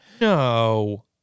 No